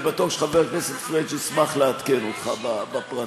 אני בטוח שחבר הכנסת פריג' ישמח לעדכן אותך בפרטים.